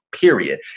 period